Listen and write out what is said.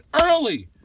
Early